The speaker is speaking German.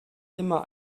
immer